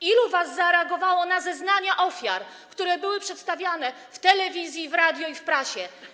Ilu z was zareagowało na zeznania ofiar, które były przedstawiane w telewizji, radiu i prasie?